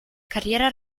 carriera